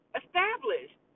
established